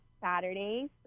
Saturdays